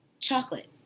chocolate